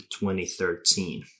2013